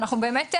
ואנחנו באמת,